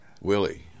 Willie